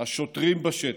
השוטרים בשטח,